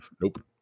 Nope